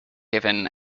given